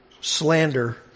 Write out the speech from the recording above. slander